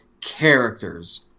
characters